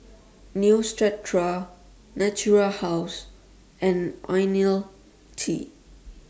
Neostrata Natura House and Ionil T